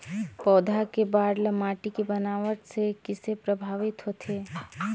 पौधा के बाढ़ ल माटी के बनावट से किसे प्रभावित होथे?